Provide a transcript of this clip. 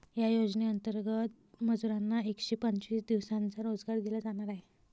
या योजनेंतर्गत मजुरांना एकशे पंचवीस दिवसांचा रोजगार दिला जाणार आहे